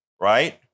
Right